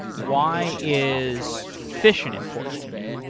why is fission important to me?